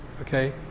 Okay